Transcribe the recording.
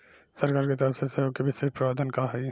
सरकार के तरफ से सहयोग के विशेष प्रावधान का हई?